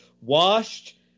washed